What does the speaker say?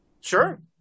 Sure